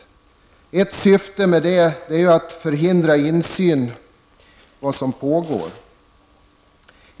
Ett syfte med detta är att förhindra insyn i vad som pågår.